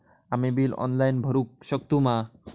आम्ही bill online भरुक शकतू मा?